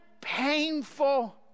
painful